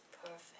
perfect